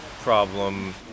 problem